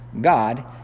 God